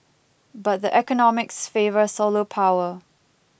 but the economics favour solar power